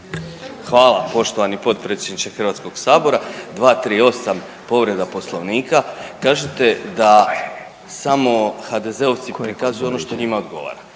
Hvala poštovani potpredsjedniče Hrvatskog sabora. 238. povreda Poslovnika. Kažete da samo HDZ-ovci prikazuju ono što njima odgovara.